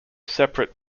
separate